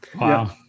Wow